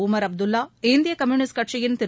Umar Abdullah இந்திய communist கட்சியின் திரு